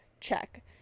check